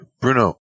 Bruno